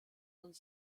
und